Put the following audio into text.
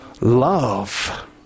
love